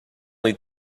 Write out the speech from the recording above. need